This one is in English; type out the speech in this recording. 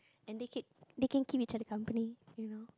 and they keep they can keep each other company you know